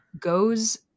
goes